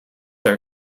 are